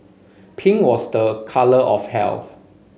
pink was the colour of health